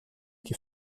que